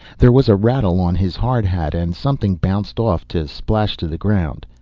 there was a rattle on his hard hat and something bounced off to splash to the ground.